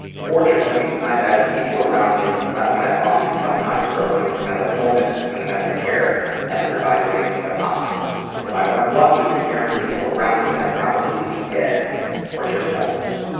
fortunately, i had people around me when i've gone through tough times struggling with mental illness when the mental care hasn't provided anything but obstacles. if i weren't lucky with caring people around me i'd probably be dead or just homeless.